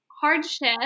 hardship